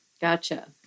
Gotcha